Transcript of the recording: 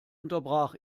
unterbrach